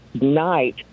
night